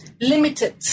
limited